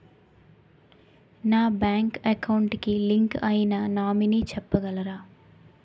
నా bank account కి link అయినా నామినీ చెప్పగలరా?